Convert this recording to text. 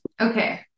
Okay